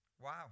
Wow